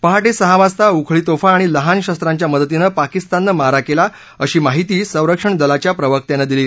पहाटे सहा वाजता उखळी तोफा आणि लहान शस्त्रांच्या मदतीनं पाकिस्ताननं मारा केला अशी माहिती संरक्षण दलाच्या प्रवक्त्यानं दिली